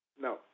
No